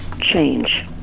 change